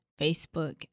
Facebook